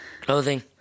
Clothing